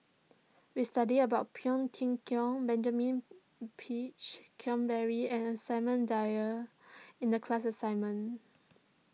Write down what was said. we studied about Phua Thin Benjamin Peach Keasberry and Samuel Dyer in the class assignment